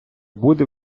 буде